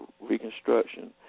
Reconstruction